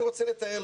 אני רוצה לתאר,